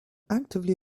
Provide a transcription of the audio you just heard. actively